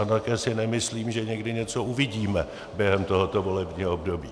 Také si nemyslím, že někdy něco uvidíme během tohoto volebního období.